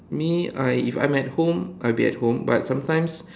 me I if I'm at home I'll be at home but sometimes